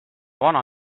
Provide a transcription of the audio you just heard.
vana